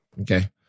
okay